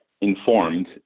informed